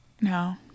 No